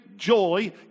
joy